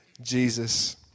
Jesus